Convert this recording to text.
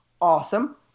awesome